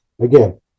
again